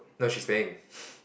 no she's paying